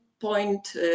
point